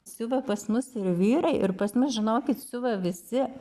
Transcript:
siuva pas mus ir vyrai ir pas mus žinokit siuva visi